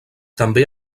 també